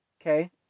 Okay